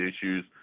issues